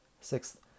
Sixth